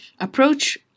approach